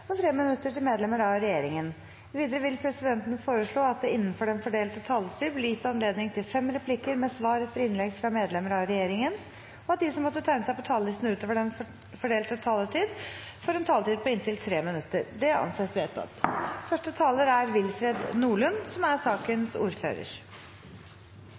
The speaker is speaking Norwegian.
og 3 minutter til medlemmer av regjeringen. Videre vil presidenten foreslå at det – innenfor den fordelte taletid – blir gitt anledning til inntil fem replikker med svar etter innlegg fra medlemmer av regjeringen, og at de som måtte tegne seg på talerlisten utover den fordelte taletid, får en taletid på inntil 3 minutter. – Det anses vedtatt.